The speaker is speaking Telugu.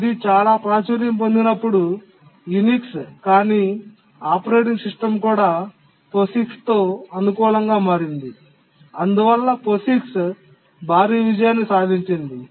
ఇది చాలా ప్రాచుర్యం పొందినప్పుడు యునిక్స్ కాని ఆపరేటింగ్ సిస్టమ్ కూడా పోసిక్స్తో అనుకూలంగా మారింది అందువల్ల పోసిక్స్ భారీ విజయాన్ని సాధించింది